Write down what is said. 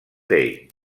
dei